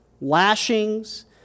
lashings